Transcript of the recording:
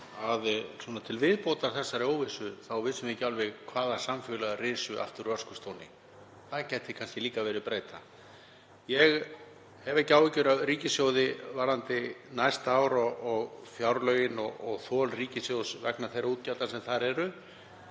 til viðbótar þessari óvissu þá vissum við ekki alveg hvaða samfélög risu aftur úr öskustónni. Það gæti kannski líka verið breyta. Ég hef ekki áhyggjur af ríkissjóði varðandi næsta ár, fjárlögin og þol ríkissjóðs vegna þeirra útgjalda sem þar eru.